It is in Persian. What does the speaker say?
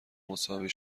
مساوی